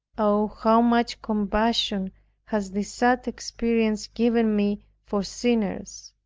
oh, how much compassion has this sad experience given me for sinners.